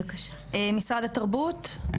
משרד התרבות?